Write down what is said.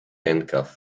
handcuffs